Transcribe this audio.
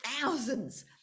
thousands